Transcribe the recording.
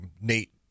Nate